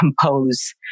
compose